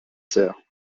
sœur